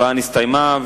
ההצבעה נסתיימה,